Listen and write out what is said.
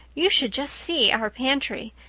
you should just see our pantry.